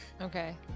okay